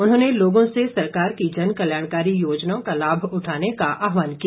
उन्होंने लोगों से सरकार की जन कल्याणकारी योजनाओं का लाभ उठाने का आहवान किया